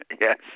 Yes